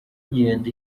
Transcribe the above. igenda